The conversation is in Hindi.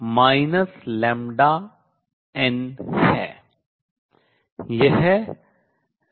यह रेडियोधर्मिता से है